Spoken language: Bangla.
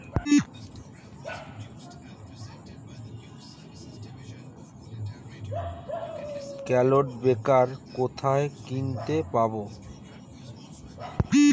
ক্লড ব্রেকার কোথায় কিনতে পাব?